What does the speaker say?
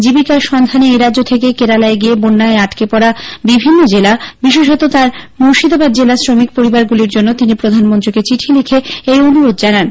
জীবিকার সন্ধানে এ রাজ্য থেকে কেরালায় গিয়ে বন্যায় আটকে পড়া বিভিন্ন জেলা বিশেষত তার জেলা মুর্শিদাবাদের শ্রমিক পরিবার গুলির জন্য তিনি প্রধানমন্ত্রীকে চিঠি লিখে এই অনুরোধ জানিয়েছেন